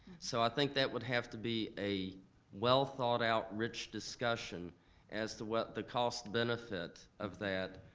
so i think that would have to be a well thought out, rich discussion as to what the cost benefit of that,